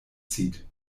zieht